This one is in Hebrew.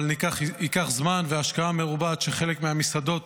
אבל ייקח זמן והשקעה מרובה עד שחלק מהמסעדות